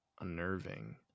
unnerving